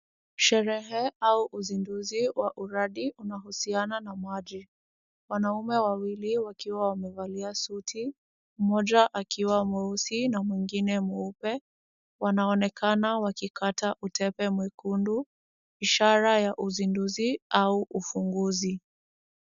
Sherehe au uzinduzi wa uradi unahusiana na maji. Wanaume wawili wakiwa wamevalia suti, mmoja akiwa mweusi na mwingine mweupe, wanaonekana wakikata utepe mwekundu, ishara ya uzinduzi au ufunguzi.